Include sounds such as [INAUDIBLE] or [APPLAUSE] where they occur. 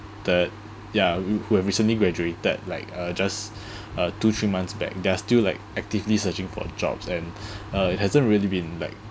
ya w~ who have recently graduated like uh just [BREATH] uh two three months back they're still like actively searching for jobs and [BREATH] uh it hasn't really been like